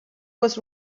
was